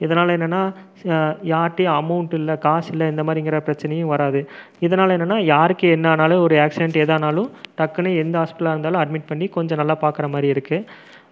இதனால் என்னன்னா யார்கிட்டையும் அமௌண்ட் இல்லை காசு இல்லை இந்தமாதிரிங்கிற பிரச்சனையும் வராது இதனால் என்னன்னா யாருக்கு என்ன ஆனாலும் ஒரு ஆக்ஸிடெண்ட் எதானாலும் டக்குன்னு எந்த ஹாப்பிட்டலாக இருந்தாலும் அட்மிட் பண்ணி கொஞ்சம் நல்லா பாக்கிறமாரி இருக்கு